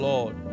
Lord